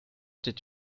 did